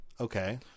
Okay